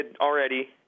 already